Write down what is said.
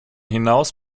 hinaus